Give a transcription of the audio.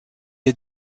est